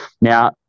Now